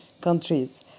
countries